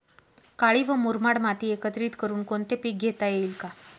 काळी व मुरमाड माती एकत्रित करुन कोणते पीक घेता येईल का?